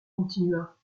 continua